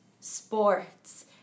sports